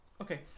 Okay